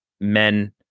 men